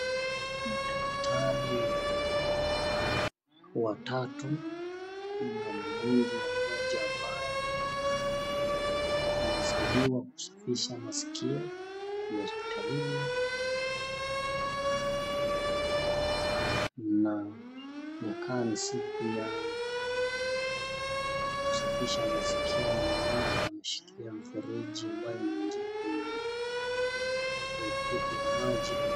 Kuna madaktari watatu na mgonjwa mmoja ambaye anasaidiwa kusafisha masikio kwenye hospitalini. Na inaonekana ni siku ya kusafisha masikio. Ninaona ameshikilia mfereji ambayo inaingia kwenye kwenye maji.